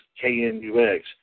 K-N-U-X